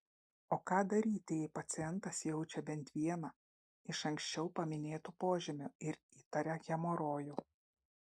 o ką daryti jei pacientas jaučia bent vieną iš anksčiau paminėtų požymių ir įtaria hemorojų